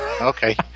Okay